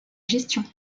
gestion